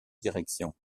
direction